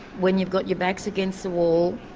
when you've got your backs against the wall,